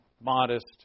modest